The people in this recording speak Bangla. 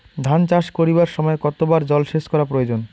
ধান চাষ করিবার সময় কতবার জলসেচ করা প্রয়োজন?